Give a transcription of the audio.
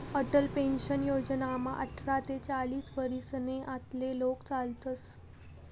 Atal pension योजनामा आठरा ते चाईस वरीसना आतला लोके चालतस